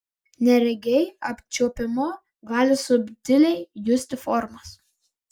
neregiai apčiuopimu gali subtiliai justi formas